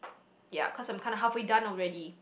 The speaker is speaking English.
ya cause I'm kinda halfway done already